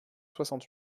soixante